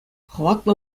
хӑватлӑ